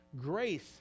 Grace